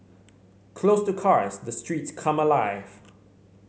closed to cars the streets come alive